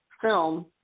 film